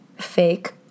fake